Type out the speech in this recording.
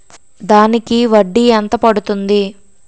దానికి వడ్డీ ఎంత పడుతుంది?